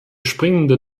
springende